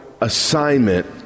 assignment